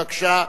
בבקשה,